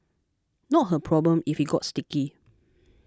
not her problem if it got sticky